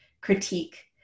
critique